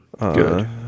Good